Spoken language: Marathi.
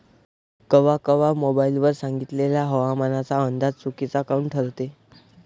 कवा कवा मोबाईल वर सांगितलेला हवामानाचा अंदाज चुकीचा काऊन ठरते?